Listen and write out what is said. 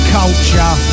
culture